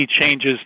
changes